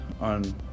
on